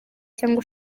cyangwa